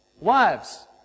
Wives